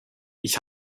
ich